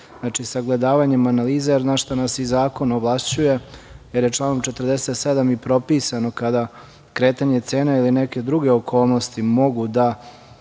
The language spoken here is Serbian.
Znači, sagledavanjem analiza, na šta nas i zakon ovlašćuje, jer je članom 47. i propisano kada kretanje cene ili neke druge okolnosti mogu da